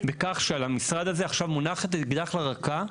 בכך שעל המשרד הזה עכשיו מונח אקדח לרקה,